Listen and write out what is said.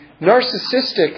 narcissistic